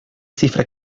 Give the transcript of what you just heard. cifra